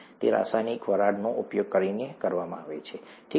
તે રાસાયણિક વરાળનો ઉપયોગ કરીને કરવામાં આવે છે ઠીક છે